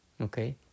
Okay